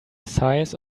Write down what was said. size